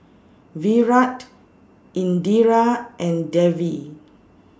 Virat Indira and Devi